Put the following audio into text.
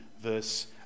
verse